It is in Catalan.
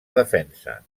defensa